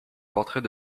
portrait